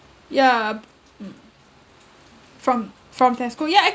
yeah mm from from their school yeah